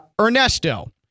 Ernesto